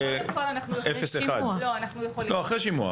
לאחר השימוע,